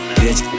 bitch